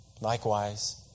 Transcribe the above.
likewise